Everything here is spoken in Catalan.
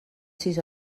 sis